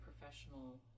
professional